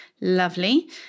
lovely